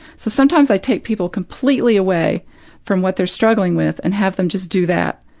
so sometimes i take people completely away from what they're struggling with and have them just do that,